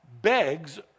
begs